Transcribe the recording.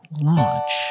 launch